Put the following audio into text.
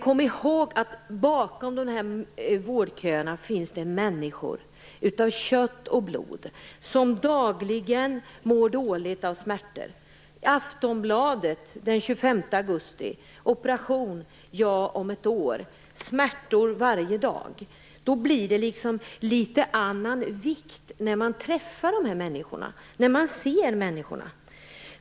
Kom ihåg att bakom dessa vårdköer finns det människor av kött och blod som dagligen mår dåligt av smärtor! I Aftonbladet den 25 augusti finns rubriken: "Operation? Ja, om ett år..." Där talas det om smärtor varje dag. Då blir det liksom en litet annan vikt när man träffar dessa människor, när man ser dem.